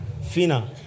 Fina